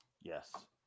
Yes